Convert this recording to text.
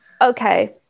okay